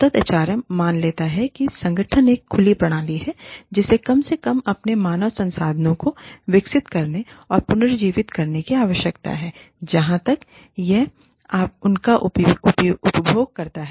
सतत एचआर मान लेता है कि एक संगठन एक खुली प्रणाली है जिसे कम से कम अपने मानव संसाधनों को विकसित करने और पुनर्जीवित करने की आवश्यकता है जहां तक यह उनका उपभोग करता है